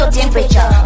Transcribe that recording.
temperature